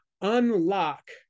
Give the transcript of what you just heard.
unlock